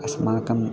अस्माकम्